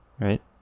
right